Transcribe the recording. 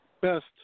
best